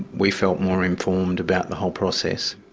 we felt more informed about the whole process.